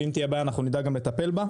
ואם תהיה בעיה אנחנו נדאג גם לטפל בה.